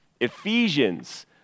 Ephesians